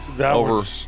over